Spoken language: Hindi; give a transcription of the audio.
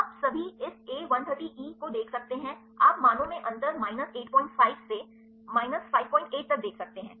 आप सभी इस ए 132 ई को देख सकते हैं आप मानों में अंतर माइनस 85 से माइनस 58 तक देख सकते हैं